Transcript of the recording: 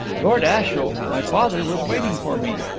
lord ashiel my father was waiting for me,